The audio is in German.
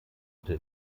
unter